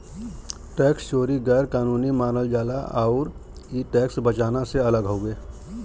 tax चोरी गैर कानूनी मानल जाला आउर इ टैक्स बचाना से अलग हउवे